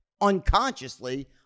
unconsciously